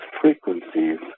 frequencies